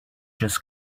just